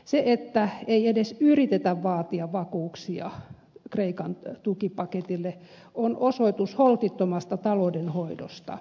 se että ei edes yritetä vaatia vakuuksia kreikan tukipaketille on osoitus holtittomasta taloudenhoidosta